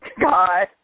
God